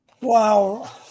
Wow